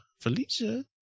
Felicia